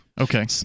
Okay